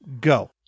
go